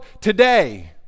today